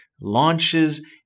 launches